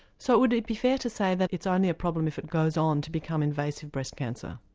so would it be fair to say that it's only a problem if it goes on to become invasive breast cancer?